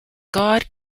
god